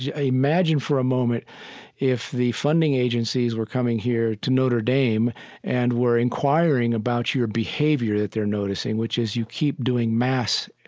yeah imagine for a moment if the funding agencies were coming here to notre dame and were inquiring about your behavior that they're noticing, which is you keep doing mass,